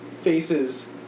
Face's